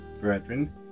brethren